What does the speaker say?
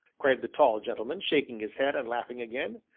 cried the tall gentleman, shaking his head and laughing again.